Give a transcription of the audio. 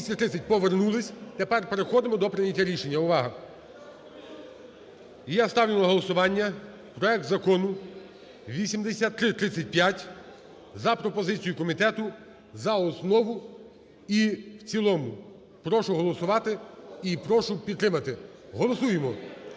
230. Повернулись. Тепер переходимо до прийняття рішення. Увага! Я ставлю на голосування проект Закону 8335 за пропозицією комітету за основу і в цілому, прошу голосувати і прошу підтримати. Голосуємо.